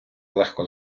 легко